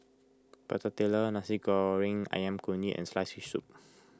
Prata Telur Nasi Goreng Ayam Kunyit and Sliced Fish Soup